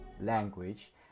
language